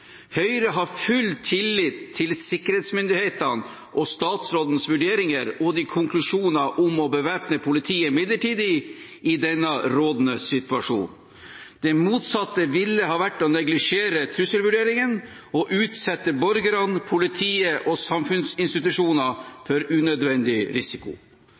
Høyre har full tillit til sikkerhetsmyndighetene og statsrådens vurderinger og konklusjoner om å bevæpne politiet midlertidig i den rådende situasjonen. Det motsatte ville ha vært å neglisjere trusselvurderingen og utsette borgerne, politiet og samfunnsinstitusjoner for unødvendig risiko.